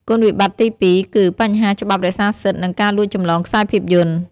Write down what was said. គុណវិបត្តិទីពីរគឺ បញ្ហាច្បាប់រក្សាសិទ្ធិនិងការលួចចម្លងខ្សែភាពយន្ត។